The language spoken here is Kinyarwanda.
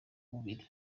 bubiri